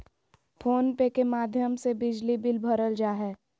phone पे के माध्यम से बिजली बिल भरल जा हय